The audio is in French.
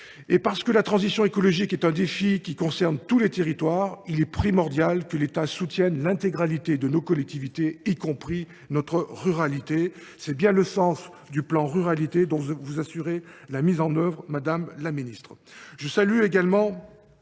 Parce que la transition écologique est un défi qui concerne tous les territoires, il est primordial que l’État soutienne l’intégralité de nos collectivités, y compris notre ruralité. C’est le sens du plan France Ruralités, dont vous assurez la mise en œuvre, madame la ministre.